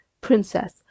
Princess